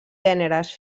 gèneres